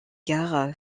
gare